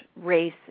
race